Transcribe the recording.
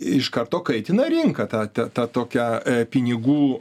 iš karto kaitina rinką ta ta tokia pinigų